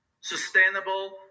sustainable